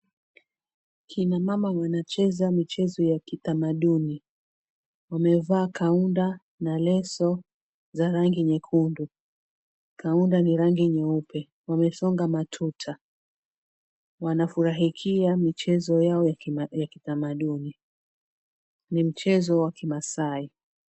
Kina mama wanacheza michezo ya kitamaduni. Wamevaa kaunda na leso za rangi nyekundu, kaunda ni rangi nyeupe. Wamesonga matuta. Wanafurahikia mchezo yao ya kitamaduni, ni mchezi wa kimaasai.